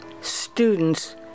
students